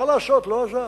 מה לעשות, לא עזר.